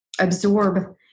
absorb